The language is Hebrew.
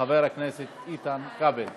חבר הכנסת איתן כבל.